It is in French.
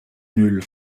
nul